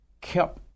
kept